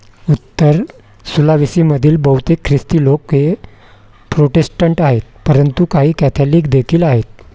उत्तर सुलाविसीमधील बहुतेक ख्रिस्ती लोक हे प्रोटेस्टंट आहेत परंतु काही कॅथलिक देखील आहेत